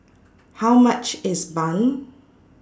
How much IS Bun